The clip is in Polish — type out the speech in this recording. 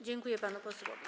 Dziękuję panu posłowi.